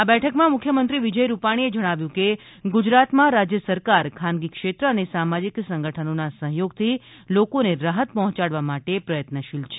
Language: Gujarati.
આ બેઠકમાં મુખ્યમંત્રી વિજય રૂપાણીએ જણાવ્યું કે ગુજરાતમાં રાજ્ય સરકાર ખાનગી ક્ષેત્ર અને સામાજિક સંગઠનોના સહયોગથી લોકોને રાહત પહોંચાડવા માટે પ્રયત્નશીલ છે